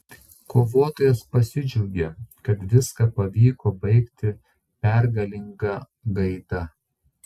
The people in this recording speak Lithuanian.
kovotojas pasidžiaugė kad viską pavyko baigti pergalinga gaida